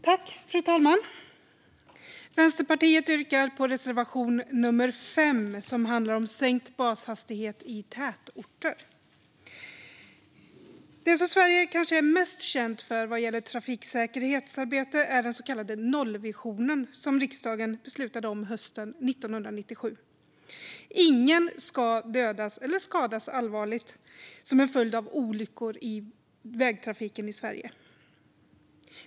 Fru talman! Vänsterpartiet yrkar bifall till reservation 5, som handlar om sänkt bashastighet i tätorter. Det som Sverige kanske är mest känt för vad gäller trafiksäkerhetsarbete är den så kallade nollvisionen, som riksdagen beslutade om hösten 1997: Ingen ska dödas eller skadas allvarligt som en följd av olyckor i vägtrafiken i Sverige.